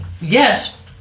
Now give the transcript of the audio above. Yes